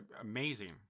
amazing